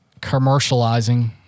commercializing